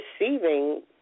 receiving